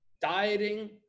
dieting